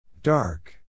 Dark